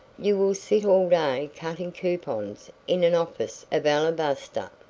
you will sit all day cutting coupons in an office of alabaster.